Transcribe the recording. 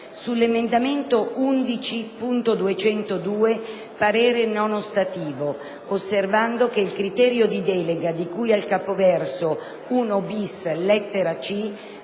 sull'emendamento 11.202, parere non ostativo, osservando che il criterio di delega di cui al capoverso 1-*bis*, lettera